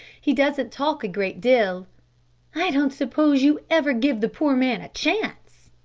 he doesn't talk a great deal i don't suppose you ever give the poor man a chance,